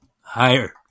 higher